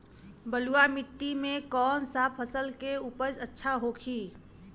बलुआ मिट्टी में कौन सा फसल के उपज अच्छा होखी?